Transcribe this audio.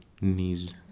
knees